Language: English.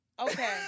Okay